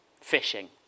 fishing